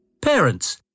Parents